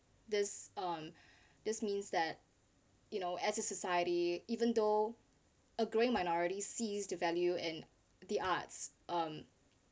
does uh this mean that you know as a society even though a growing minority sees the value and the arts